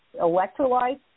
electrolytes